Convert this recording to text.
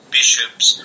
bishops